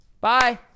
Bye